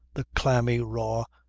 the clammy, raw,